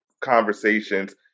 conversations